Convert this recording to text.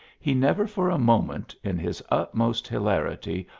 he never for a moment in his utmost hilarity,